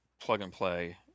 plug-and-play